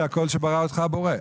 זה הקול שברא לך הבורא.